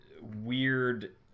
weird